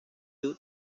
you